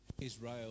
israel